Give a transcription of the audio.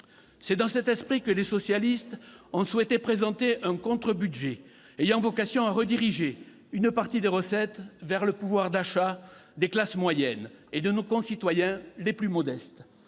C'est dans cet esprit que les socialistes ont souhaité présenter un contre-budget ayant vocation à rediriger une partie des recettes vers le pouvoir d'achat des classes moyennes et de nos concitoyens les plus modestes.